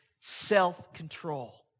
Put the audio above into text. self-control